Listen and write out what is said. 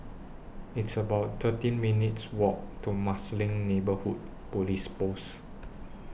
It's about thirteen minutes' Walk to Marsiling Neighbourhood Police Post